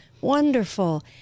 wonderful